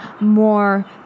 more